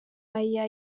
aya